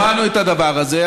שמענו את הדבר הזה.